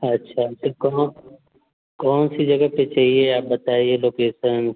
अच्छा तो कहाँ कौन सी जगह पर चाहिए आप बताइए लोकेसन